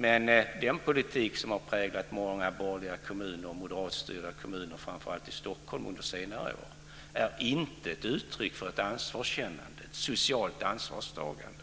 Men den politik som har präglat många borgerliga och framför allt moderatstyrda kommuner i Stockholm under senare år är inte uttryck för ett ansvarskännande socialt ansvarstagande.